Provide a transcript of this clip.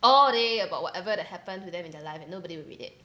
all day about whatever that happened to them in their life and nobody will read it